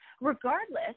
regardless